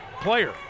player